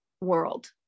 world